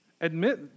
Admit